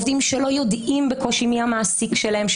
עובדים שבקושי יודעים מי המעסיק שלהם,